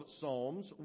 psalms